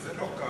וזה לא כך.